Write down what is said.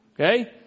Okay